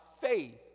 faith